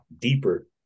deeper